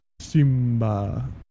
Simba